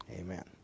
Amen